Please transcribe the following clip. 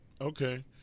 Okay